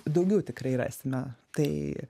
daugiau tikrai rasime tai